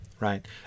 Right